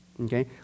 Okay